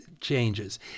changes